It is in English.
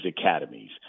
academies